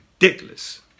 ridiculous